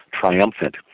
triumphant